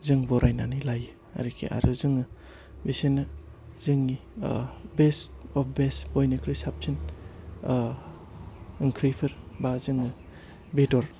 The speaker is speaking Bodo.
जों बरायनानै लायो आरोखि आरो जोङो बिसोरनो जोंनि बेस्ट अब बेस्ट बयनिख्रुय साबसिन ओंख्रिफोर बा जोङो बेदर